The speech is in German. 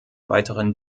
weiteren